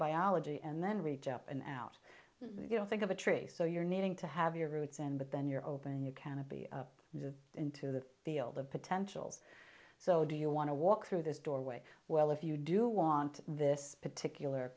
biology and then reach up and out you know think of a tree so you're needing to have your roots in but then you're opening your canopy up the into the field of potential so do you want to walk through this doorway well if you do want this particular